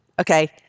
Okay